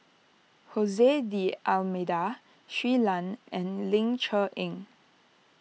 Jose D'Almeida Shui Lan and Ling Cher Eng